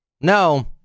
No